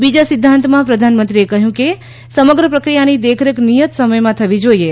બીજા સિધ્ધાંતમાં પ્રધાનમંત્રીએ કહ્યું કે સમગ્ર પ્રક્રિયાની દેખરેખ નિયત સમયમાં થવી જોઇએ